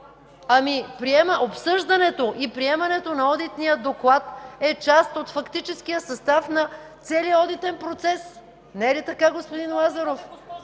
Ами обсъждането и приемането на Одитния доклад е част от фактическия състав на целия одитен процес. Не е ли така, господин Лазаров?